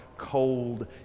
Cold